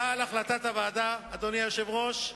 אדוני היושב-ראש,